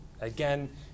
Again